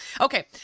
Okay